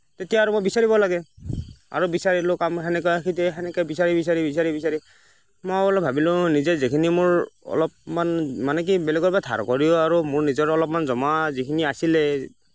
তেতিয়া আৰু মই বিচাৰিব লাগে আৰু বিচাৰিলেও কাম সেনেকৈ সেনেকৈ দি বিচাৰি বিচাৰি বিচাৰি বিচাৰি মই বোলো ভাবিলোঁ নিজে যিখিনি মোৰ অলপমান মানে কি বেলেগৰ পৰা ধাৰ কৰিও আৰু মোৰ নিজৰো অলপমান জমা যিখিনি আছিলে